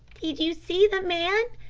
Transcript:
did you see the man?